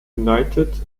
united